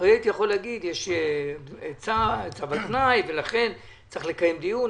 הייתי יכול להגיד שיש צו על תנאי ולכן צריך לקיים דיון.